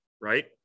right